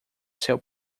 seu